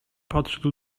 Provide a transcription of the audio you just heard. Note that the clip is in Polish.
podszedł